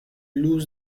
lose